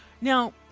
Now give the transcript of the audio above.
Now